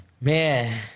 man